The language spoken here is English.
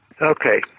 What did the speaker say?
Okay